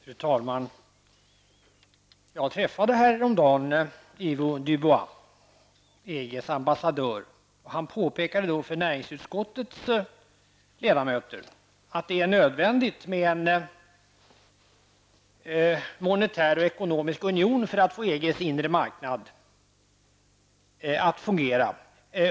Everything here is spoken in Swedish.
Fru talman! Jag träffade häromdagen Ivo Dubois, EGs ambassadör. Han påpekade då för näringsutskottets ledamöter att det är nödvändigt med en monetär och ekonomisk union för att få EGs inre marknad att fungera.